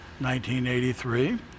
1983